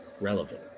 relevant